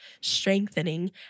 strengthening